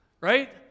right